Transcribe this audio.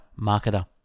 marketer